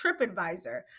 TripAdvisor